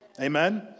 Amen